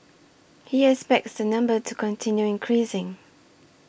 he expects the number to continue increasing